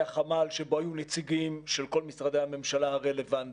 היה חמ"ל שבו היו נציגים של כל משרדי הממשלה הרלוונטיים.